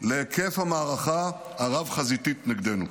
להיקף המערכה הרב-חזיתית נגדנו.